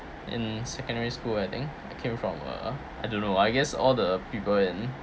in secondary school I think I came from a I don't know I guess all the people in